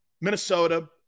Minnesota